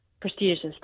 prestigious